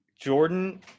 Jordan